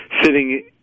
sitting